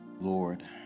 Lord